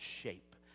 shape